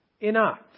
enough